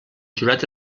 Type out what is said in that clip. jurat